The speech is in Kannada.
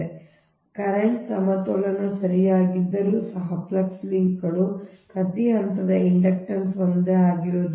ಆದ್ದರಿಂದ ಆ ಕರೆಂಟ್ ಸಮತೋಲನ ಸರಿಯಾಗಿದ್ದರೂ ಸಹ ಫ್ಲಕ್ಸ್ ಲಿಂಕ್ಗಳು ಪ್ರತಿ ಹಂತದ ಇಂಡಕ್ಟನ್ಸ್ ಒಂದೇ ಆಗಿರುವುದಿಲ್ಲ